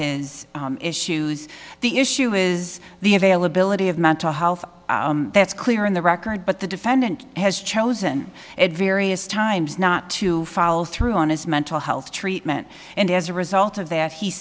his issues the issue is the availability of mental health that's clear in the record but the defendant has chosen it various times not to follow through on his mental health treatment and as a result of that he